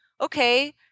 okay